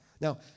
Now